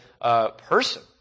person